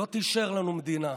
לא תישאר לנו מדינה.